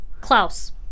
Klaus